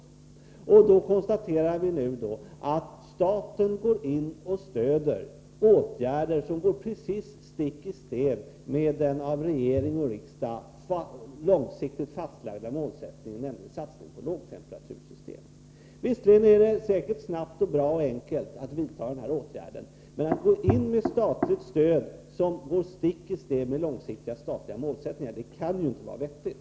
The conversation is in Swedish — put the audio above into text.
Vi kan nu konstatera att staten stöder åtgärder som går precis stick i stäv mot den av regering och riksdag långsiktigt fastlagda målsättningen, nämligen satsning på lågtemperatursystem. Det går visserligen säkerligen snabbt, bra och enkelt att vidta den här åtgärden, men att gå in med statligt stöd som går stick i stäv mot långsiktiga statliga målsättningar kan inte vara vettigt.